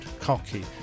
cocky